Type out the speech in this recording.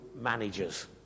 managers